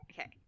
Okay